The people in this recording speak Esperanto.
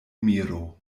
miro